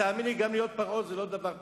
תאמין לי, גם להיות פרעה זה לא דבר פשוט.